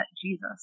Jesus